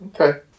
Okay